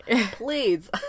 please